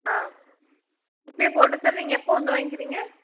ஆ இப்போயே போட சொல்கிறிங்க நீங்கள் எப்போ வந்து வாங்கிக்கிறீங்க